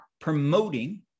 promoting